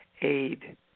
aid